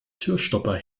türstopper